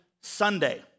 Sunday